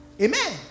Amen